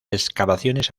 excavaciones